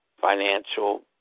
financial